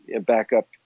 backup